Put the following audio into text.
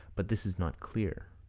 but this is not clear.